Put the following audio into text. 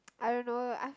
I don't know lah I've